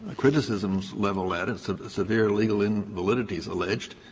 ah criticisms leveled at it, severe legal invalidities alleged,